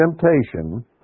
temptation